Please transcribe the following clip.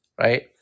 right